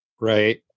Right